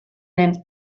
den